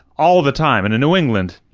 all the time. and in new england,